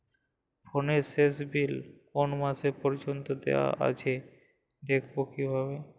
ফোনের শেষ বিল কোন মাস পর্যন্ত দেওয়া আছে দেখবো কিভাবে?